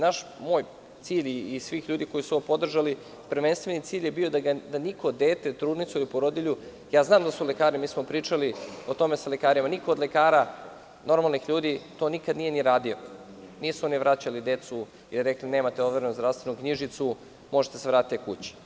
Naš, moj cilj i svih ljudi koji su ovo podržali, prvenstveni cilj je bio da niko dete, trudnicu ili porodilju, a znam da su lekari, mi smo pričali o tome sa lekarima, niko od lekara, normalnih ljudi to nikad nije radio, nisu oni vraćali decu i rekli – nemate overenu zdravstvenu knjižicu, možete da se vratite kući.